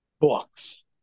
books